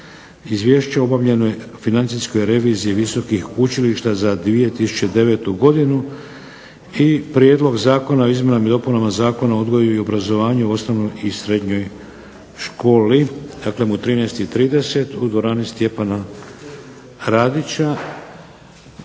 Izvješća o obavljenoj financijskoj reviziji visokih učilišta za 2009. godinu i Prijedlog zakona o izmjenama i dopunama Zakona o odgoju i obrazovanju u osnovnoj i srednjoj školi. Dakle, u 13,30 u dvorani Stjepana RAdić.